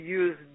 use